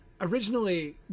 originally